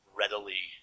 readily